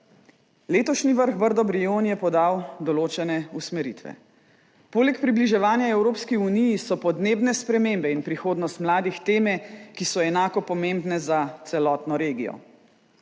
Letošnji vrh Brdo – Brioni je podal določene usmeritve. Poleg približevanja Evropski uniji so podnebne spremembe in prihodnost mladih teme, ki so enako pomembne za celotno regijo.